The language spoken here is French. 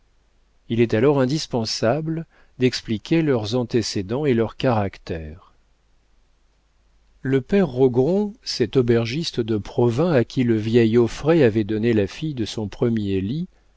il est alors indispensable d'expliquer leurs antécédents et leur caractère le père rogron cet aubergiste de provins à qui le vieil auffray avait donné la fille de son premier lit